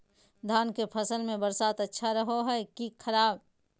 धान के फसल में बरसात अच्छा रहो है कि खराब?